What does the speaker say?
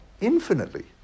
infinitely